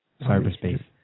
Cyberspace